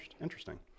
interesting